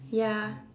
ya